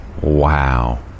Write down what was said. Wow